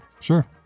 Sure